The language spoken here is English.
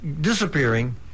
disappearing